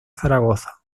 zaragoza